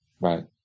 Right